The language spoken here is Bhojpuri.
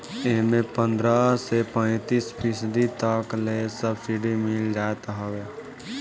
एमे पन्द्रह से पैंतीस फीसदी तक ले सब्सिडी मिल जात हवे